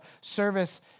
service